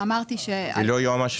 היא לא יועמ"שית.